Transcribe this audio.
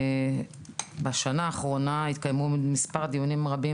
בשנה האחרונה התקיימו מספר דיונים רבים